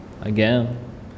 again